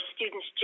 students